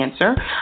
cancer